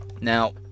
Now